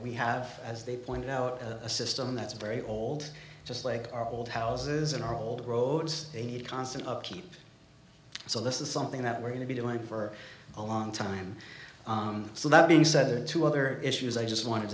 we have as they point out a system that's very old just like our old houses and our old roads they need constant upkeep so this is something that we're going to be doing for a long time so that being said are two other issues i just wanted